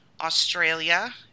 Australia